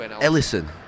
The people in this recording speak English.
Ellison